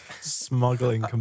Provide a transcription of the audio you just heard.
Smuggling